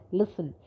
listen